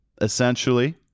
essentially